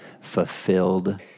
Fulfilled